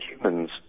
humans